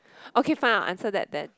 okay find out answer that that